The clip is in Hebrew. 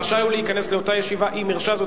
רשאי הוא להיכנס לאותה ישיבה אם הרשה זאת